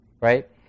right